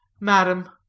Madam